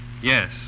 Yes